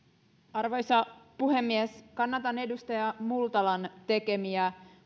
arvoisa puhemies kannatan molempia edustaja multalan tekemiä